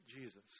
Jesus